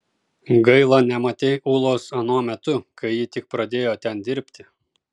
gaila nematei ulos anuo metu kai ji tik pradėjo ten dirbti